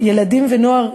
ילדים ונוער,